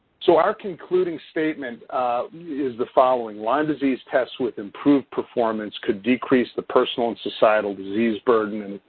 so, our concluding statement is the following. lyme disease tests, with improved performance, could decrease the personal and societal disease burden and